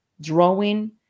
drawing